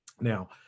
Now